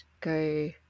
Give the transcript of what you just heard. go